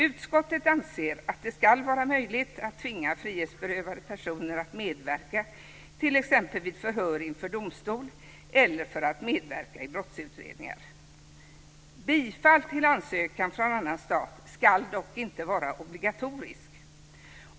Utskottet anser att det ska vara möjligt att tvinga frihetsberövade personer att medverka vid t.ex. förhör inför domstol eller i brottsutredningar. Bifall till ansökan från annan stat ska dock inte vara obligatoriskt.